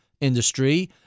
industry